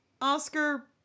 Oscar